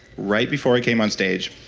right before i came onstage,